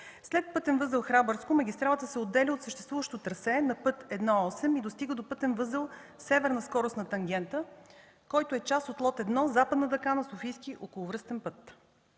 След пътен възел „Храбърско” магистралата се отделя от съществуващо трасе на път 1.8 и достига до пътен възел Северна скоростна тангента, който е част от лот 1 – Западна дъга на Софийския околовръстен път.